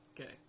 Okay